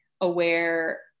aware